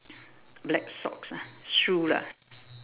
black socks ah shoe lah